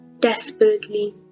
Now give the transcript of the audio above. Desperately